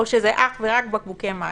או שזה אך ורק בקבוקי מים.